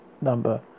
number